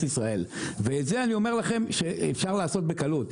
ישראל ואת זה אני אומר לכם שאפשר לעשות בקלות.